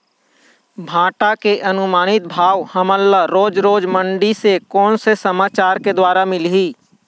भांटा के अनुमानित भाव हमन ला रोज रोज मंडी से कोन से समाचार के द्वारा मिलही?